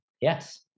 yes